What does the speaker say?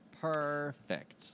Perfect